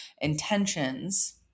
intentions